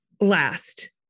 Last